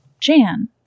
Jan